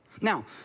Now